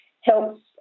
helps